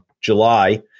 July